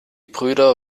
brüder